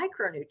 micronutrients